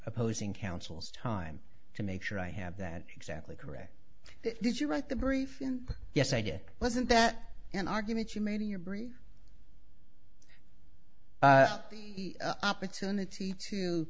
opposing counsel's time to make sure i have that exactly correct did you write the brief in yes i did wasn't that an argument you made in your brief opportunity to